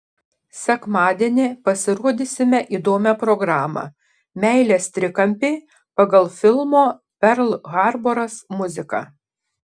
sekmadienį pasirodysime įdomią programą meilės trikampį pagal filmo perl harboras muziką